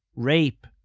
rape,